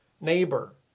neighbor